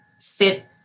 sit